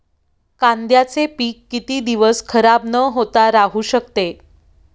कांद्याचे पीक किती दिवस खराब न होता राहू शकते?